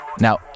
Now